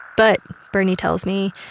but, bernie tells me,